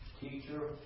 Teacher